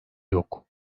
yok